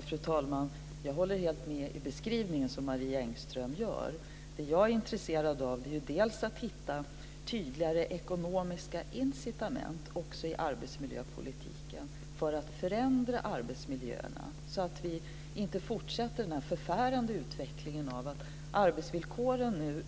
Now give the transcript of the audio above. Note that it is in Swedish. Fru talman! Jag håller helt med om den beskrivning som Marie Engström gör. Det som jag är intresserad av är att hitta tydligare ekonomiska incitament också i arbetsmiljöpolitiken för att förändra arbetsmiljöerna, så att vi inte fortsätter den här förfärande utvecklingen som innebär att arbetsvillkoren nu